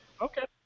Okay